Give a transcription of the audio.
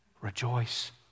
Rejoice